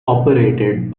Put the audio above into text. operated